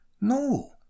No